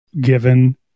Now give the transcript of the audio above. given